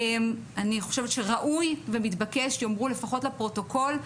ראוי ומתבקש שיאמרו, לפחות לפרוטוקול,